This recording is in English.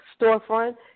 storefront